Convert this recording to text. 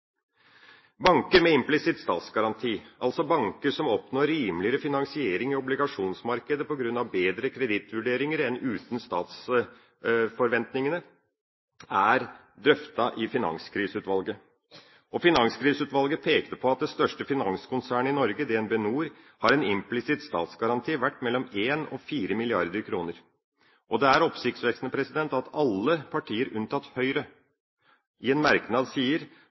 Banker med implisitt statsgaranti, altså banker som oppnår rimeligere finansiering i obligasjonsmarkedet på grunn av bedre kredittvurderinger enn uten statsforventingene, er drøftet i Finanskriseutvalget. Finanskriseutvalget pekte på at det største finanskonsernet i Norge, DnB NOR, har en implisitt statsgaranti verdt mellom 1 mrd. kr og 4 mrd. kr. Det er oppsiktsvekkende at alle partier, unntatt Høyre, i en merknad sier